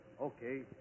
Okay